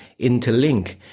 interlink